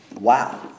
Wow